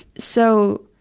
so